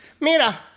Mira